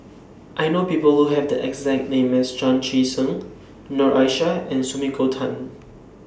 I know People Who Have The exact name as Chan Chee Seng Noor Aishah and Sumiko Tan